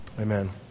amen